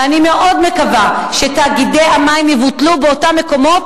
ואני מאוד מקווה שתאגידי המים יבוטלו באותם מקומות